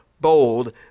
bold